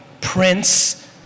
Prince